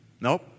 Nope